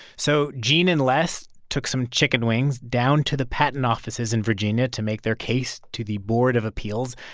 so gene and les took some chicken wings down to the patent offices in virginia to make their case to the board of appeals.